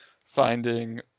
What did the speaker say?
finding